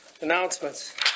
Announcements